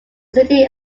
city